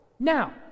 Now